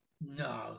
No